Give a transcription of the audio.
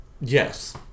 Yes